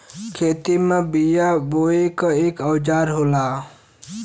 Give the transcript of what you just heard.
खेती में बिया बोये के एक औजार होला